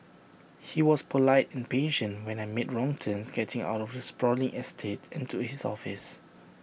he was polite and patient when I made wrong turns getting out of the sprawling estate and to his office